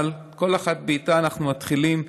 אבל כל אחת בעיתה אנחנו מתחילים,